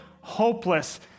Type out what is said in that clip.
hopeless